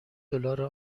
دلار